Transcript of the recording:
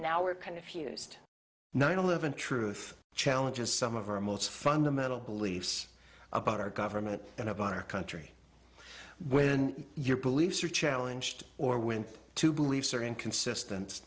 confused nine eleven truth challenges some of our most fundamental beliefs about our government and about our country when your beliefs are challenged or when to beliefs are inconsistent